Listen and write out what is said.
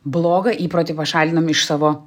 blogą įprotį pašalinom iš savo